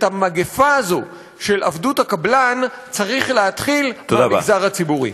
את המגפה הזאת של עבדות הקבלן צריך להתחיל מהמגזר הציבורי.